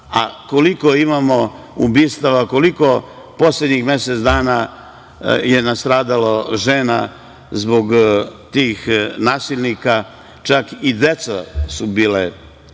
a koliko imamo ubistava, koliko u poslednjih mesec dana je nastradalo žena zbog tih nasilnika, čak i deca su bila žrtve